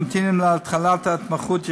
ממתינים להתחלת התמחות,